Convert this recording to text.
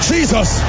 Jesus